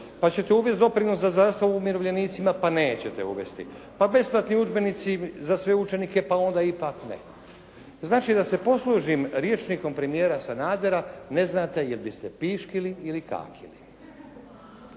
pa ćete uvest doprinos za zastavu umirovljenicima pa nećete uvesti. Pa besplatni udžbenici za sve učenika pa onda ipak ne. Znači, da se poslužim rječnikom premijera Sanadera, ne znate jel biste piškili ili kakili.